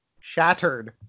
shattered